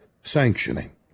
sanctioning